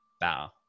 bow